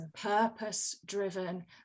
purpose-driven